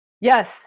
yes